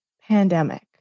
pandemic